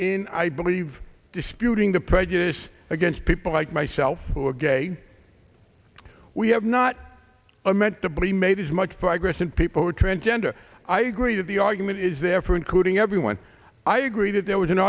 in i believe disputing the prejudice against people like myself who are gay we have not a met debris maybe as much progress and people are transgender i agree that the argument is there for including everyone i agree that there was an